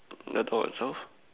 I thought I solve